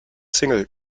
single